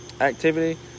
activity